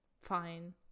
Fine